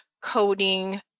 coding